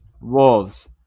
Wolves